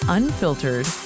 unfiltered